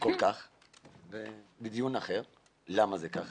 זה לדיון אחר למה זה כך